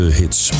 hits